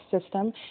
system